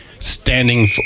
Standing